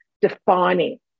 defining